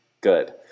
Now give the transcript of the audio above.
Good